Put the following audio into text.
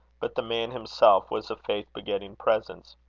but the man himself was a faith-begetting presence.